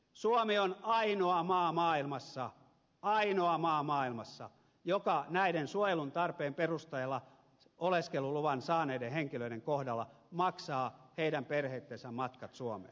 suomi on ainoa maa maailmassa ainoa maa maailmassa joka näiden suojelun tarpeen perusteella oleskeluluvan saaneiden henkilöiden kohdalla maksaa heidän perheittensä matkat suomeen